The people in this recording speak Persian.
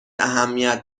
اهمیت